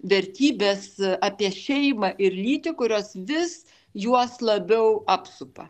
vertybės apie šeimą ir lytį kurios vis juos labiau apsupa